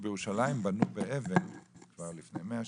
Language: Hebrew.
שבירושלים בנו באבן כבר לפני 100 שנים,